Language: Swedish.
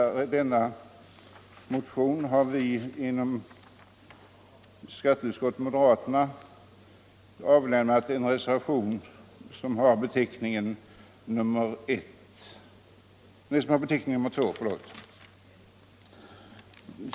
Moderaterna i skatteutskottet har avgivit reservationen 2 till förmån för denna motion.